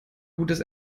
gutes